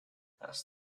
ask